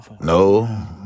No